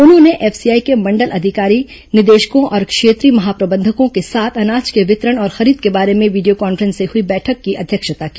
उन्होंने एफसीआई के मंडल कार्यकारी निदेशकों और क्षेत्रीय महा प्रबंधकों के साथ अनाज के वितरण और खरीद के बारे में वीडियो कां फ्रेंस से हुई बैठक की अध्यक्षता की